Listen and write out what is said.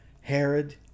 Herod